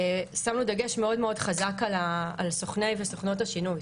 שמנו דגש מאוד חזק על סוכני וסוכנות השינוי,